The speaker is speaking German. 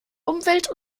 umwelt